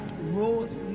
rose